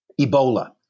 Ebola